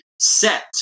set